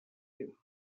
you